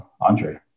Andre